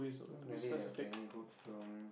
don't really have any good film